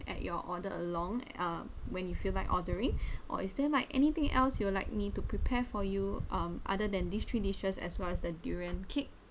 add your order along uh when you feel like ordering or is there like anything else you will like me to prepare for you um other than these three dishes as well as the durian cake